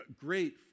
Great